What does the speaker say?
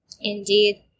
Indeed